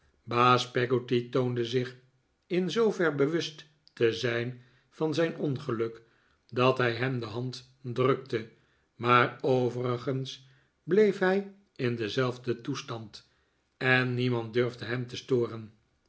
baas peggotty toonde zich in zoover bewust te zijn van z ij n ongeluk dat hij hem de hand drukte maar overigens bleef hii in denzelfden toestand en niemand durfde hem te storen